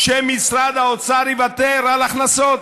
שמשרד האוצר יוותר על הכנסות,